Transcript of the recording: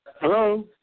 Hello